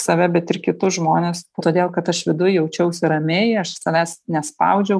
save bet ir kitus žmones todėl kad aš viduj jaučiausi ramiai aš savęs nespaudžiau